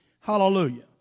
Hallelujah